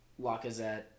Lacazette